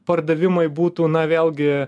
pardavimui būtų na vėlgi